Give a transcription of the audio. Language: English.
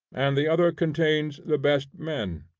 and the other contains the best men.